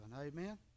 Amen